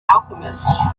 alchemist